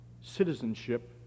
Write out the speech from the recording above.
Citizenship